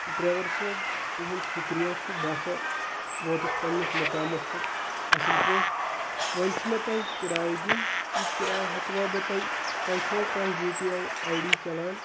driver صٲب تُہُنٛد شُکریہ چھُ بہٕ ہَسا ووتُس پنٛنِس مُقامَس پٮ۪ٹھ اَصٕل پٲٹھۍ وۄنۍ چھِ مےٚ تۄہہِ کِراے دِنۍ یہِ کِراے ہٮ۪کوا بہٕ تۄہہِ تۄہہِ چھُوا کانٛہہ U P I I D چَلان